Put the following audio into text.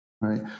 right